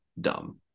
dumb